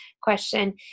question